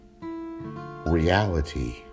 reality